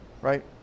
Right